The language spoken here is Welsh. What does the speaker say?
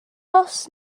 bws